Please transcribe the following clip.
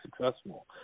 successful